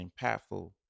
impactful